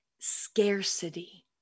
scarcity